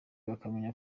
bakamenya